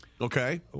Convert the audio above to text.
Okay